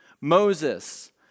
Moses